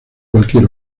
cualquier